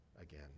again